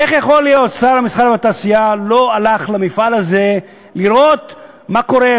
איך יכול להיות ששר המסחר והתעשייה לא הלך למפעל הזה לראות מה קורה?